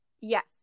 Yes